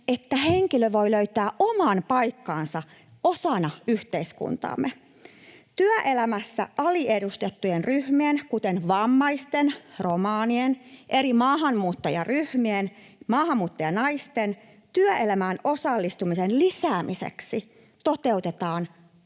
että henkilö voi löytää oman paikkansa osana yhteiskuntaamme. Työelämässä aliedustettujen ryhmien, kuten vammaisten, romanien, eri maahanmuuttajaryhmien ja maahanmuuttajanaisten, työelämään osallistumisen lisäämiseksi toteutetaan